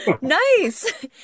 Nice